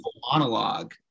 monologue